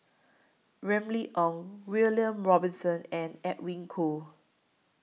Remy Ong William Robinson and Edwin Koo